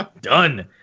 Done